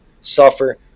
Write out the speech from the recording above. suffer